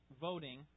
voting